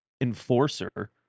enforcer